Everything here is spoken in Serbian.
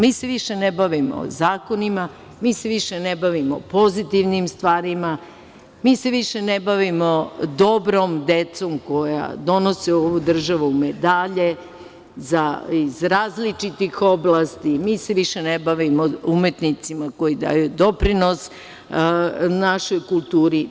Mi se više ne bavimo zakonima, mi se više ne bavimo pozitivnim stvarima, mi se više ne bavimo dobrom decom koja donose u ovu državu medalje iz različitih oblasti, mi se više ne bavimo umetnicima koji daju doprinos našoj kulturi.